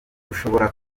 ushobora